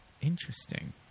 Interesting